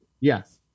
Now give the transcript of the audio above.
Yes